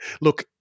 Look